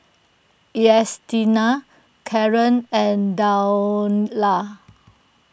Ernestina Karen and Daniela